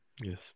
Yes